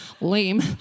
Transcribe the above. lame